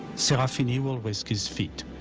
serafini will risk his feet.